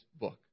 book